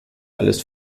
alles